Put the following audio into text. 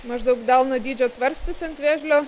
maždaug delno dydžio tvarstis ant vėžlio